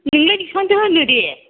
नोंलाय बिसिबांथो होनो दे